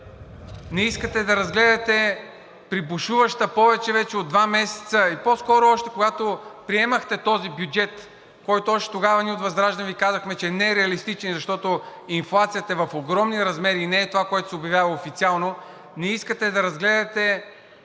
Не искате да разгледате при бушуваща повече от два месеца и по-скоро още когато приемахте този бюджет, който още тогава ние от ВЪЗРАЖДАНЕ ви казахме, че не е реалистичен, защото инфлацията е в огромни размери и не е това, което се обявява официално. Не искате да разгледате